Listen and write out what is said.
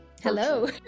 Hello